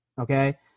Okay